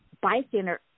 bystander